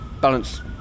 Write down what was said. Balance